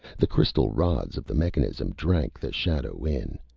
the crystal rods of the mechanism drank the shadow in.